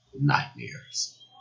nightmares